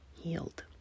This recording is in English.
healed